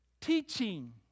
Teaching